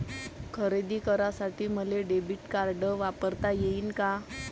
खरेदी करासाठी मले डेबिट कार्ड वापरता येईन का?